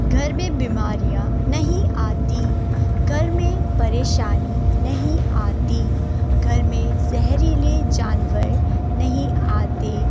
گھر میں بیماریاں نہیں آتیں گھر میں پریشانی نہیں آتی گھر میں زہریلے جانور نہیں آتے